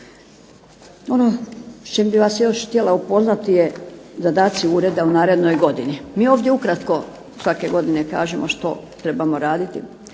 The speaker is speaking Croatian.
Ono s čim bih vas još htjela upoznati je zadaci Ureda u narednoj godini. Mi ovdje ukratko svake godine kažemo što trebamo raditi.